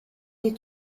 des